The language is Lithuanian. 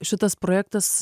šitas projektas